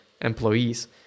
employees